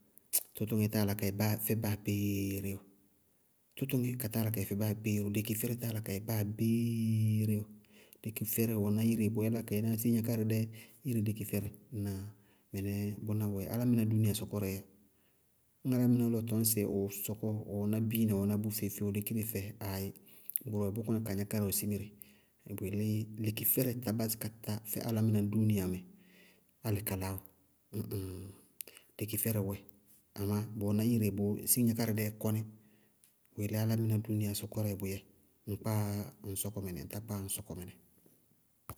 tʋtʋŋɛ táa yála ka yɛ báa fɛ báa abéeré bɔɔ, tʋtʋŋɛ káta yála ka yɛ báa fɛ báa abéeré, lekifɛrɛ táa yála ka yɛ báa abéeré bɔɔ. Lekifɛrɛ wɛná ire bʋʋ yála ka yɛná siŋákáridɛ, ire lekifɛrɛ. Ŋnáa? Mɩnɛɛ bʋná wɛɛ. Álámɩná dúúnia sɔkɔrɛɛ dzɛ. Ñŋ álámɩná lɔ ɔ tɔñ sɩ ɔ sɔkɔ ɔ wɛná ɔ wɛná biina ɔ wɛná bʋ feé- feé, ɔ lékire fɛɛ, aayí. Bʋwɛ bʋʋ kɔnɩ kaa ŋákárí ɔ lékire. Bʋyelé lekifɛrɛ tá báásí ka fɛ álámɩná dúúniamɛ álɩ kala ɔɔ. Ñ mɩŋŋ! Lekifɛrɛ wɛ, amá bʋwɛná ire bʋ siŋákáridɛɛ kɔní. Bʋyelé álámɩná dúúnia sɔkɔrɛɛ bʋyɛɛ ŋkpáaá ŋñ sɔkɔ mɩnɛ ŋ tá kpáá ŋñ sɔkɔ mɩnɛ.